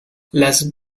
las